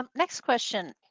um next question.